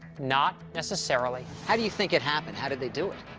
not necessarily. how do you think it happened? how did they do it?